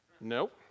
Nope